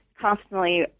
constantly